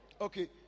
Okay